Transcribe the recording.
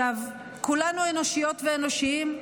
כולנו אנושיות ואנושיים,